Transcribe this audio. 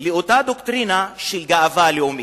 לאותה דוקטרינה של גאווה לאומית.